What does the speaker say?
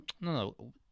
no